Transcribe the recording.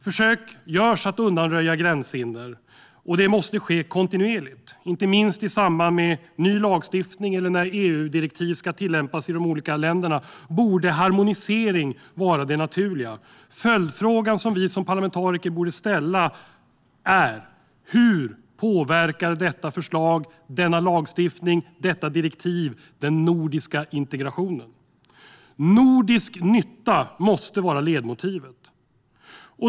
Försök görs att undanröja gränshinder, och det måste ske kontinuerligt. Inte minst i samband med ny lagstiftning eller när EU-direktiv ska tillämpas i de olika länderna borde harmonisering vara det naturliga. Följdfrågan som vi som parlamentariker borde ställa är: Hur påverkar detta förslag, denna lagstiftning eller detta direktiv den nordiska integrationen? Nordisk nytta måste vara ledmotivet.